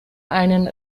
einen